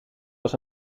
was